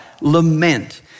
lament